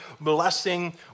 blessing